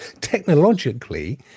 technologically